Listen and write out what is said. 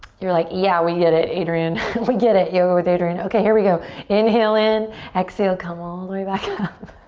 you're like yeah, we get it adrian we get it yoga with adriene. okay. here we go inhale in exhale come all the way back up